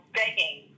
begging